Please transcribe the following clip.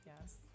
Yes